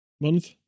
month